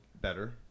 better